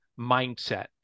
mindset